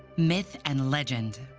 myth, and legend.